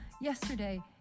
yesterday